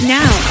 now